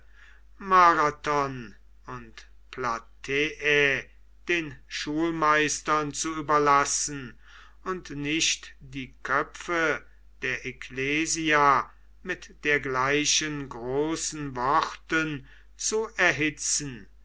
marathon und plataeae den schulmeistern zu überlassen und nicht die köpfe der ekklesia mit dergleichen großen worten zu erhitzen